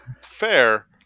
Fair